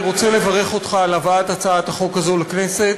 אני רוצה לברך אותך על הבאת הצעת החוק הזאת לכנסת.